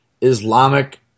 Islamic